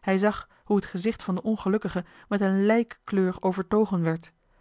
hij zag hoe het gezicht van den ongelukkige met een lijkkleur overtogen werd